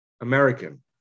American